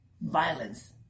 violence